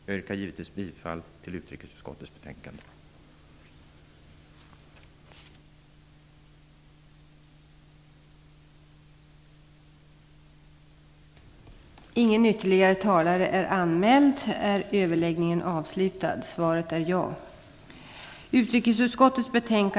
Jag yrkar givetvis bifall till utrikesutskottets hemställan i betänkandet.